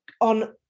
on